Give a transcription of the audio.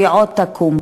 והיא עוד תקום.